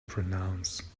pronounce